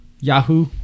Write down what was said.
Yahoo